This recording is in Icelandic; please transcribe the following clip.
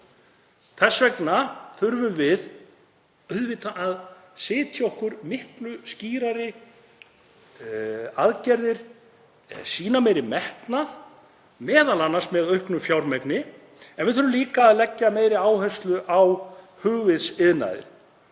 Þess vegna þurfum við að setja okkur miklu skýrari aðgerðir, sýna meiri metnað, m.a. með auknu fjármagni, en við þurfum líka að leggja meiri áherslu á hugvitsiðnaðinn